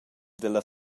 dalla